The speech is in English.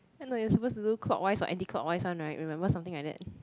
I know you're supposed to do clockwise or anti clockwise one right remember something like that